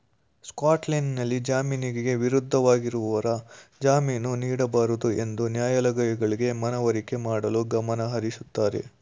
ಸ್ಕಾಟ್ಲ್ಯಾಂಡ್ನಲ್ಲಿ ಜಾಮೀನಿಗೆ ವಿರುದ್ಧವಾಗಿರುವವರು ಜಾಮೀನು ನೀಡಬಾರದುಎಂದು ನ್ಯಾಯಾಲಯಗಳಿಗೆ ಮನವರಿಕೆ ಮಾಡಲು ಗಮನಹರಿಸುತ್ತಾರೆ